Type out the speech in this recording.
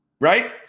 Right